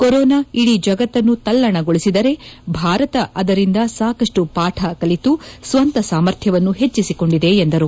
corona ಇಡೀ ಜಗತ್ತನ್ನು ತಲ್ಲಣಗೊಳಿಸಿದರೆ ಭಾರತ ಅದರಿಂದ ಸಾಕಷ್ನು ಪಾಠ ಕಲಿತು ಸ್ವಂತ ಸಾಮರ್ಥ್ಯವನ್ನು ಹೆಚ್ಚಿಸಿಕೊಂಡಿದೆ ಎಂದರು